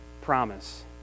promise